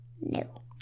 No